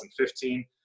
2015